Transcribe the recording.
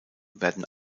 werden